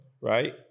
right